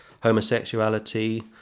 homosexuality